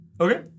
Okay